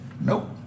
nope